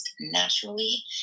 naturally